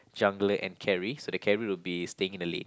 jungler and carry so the carry will be staying in the lane